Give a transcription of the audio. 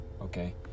okay